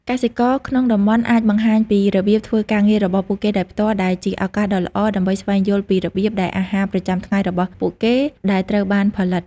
កសិករក្នុងតំបន់អាចបង្ហាញពីរបៀបធ្វើការងាររបស់ពួកគេដោយផ្ទាល់ ដែលជាឱកាសដ៏ល្អដើម្បីស្វែងយល់ពីរបៀបដែលអាហារប្រចាំថ្ងៃរបស់ពួកគេដែលត្រូវបានផលិត ។